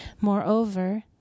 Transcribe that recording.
Moreover